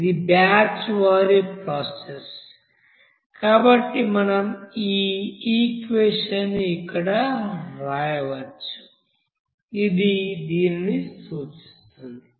ఇది బ్యాచ్ వారీ ప్రాసెస్ కాబట్టి మనం ఈ ఈక్వెషన్ ని ఇక్కడ వ్రాయవచ్చు ఇది దీనినిసూచిస్తుంది